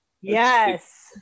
yes